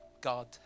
God